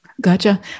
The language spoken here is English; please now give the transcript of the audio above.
Gotcha